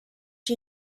you